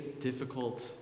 difficult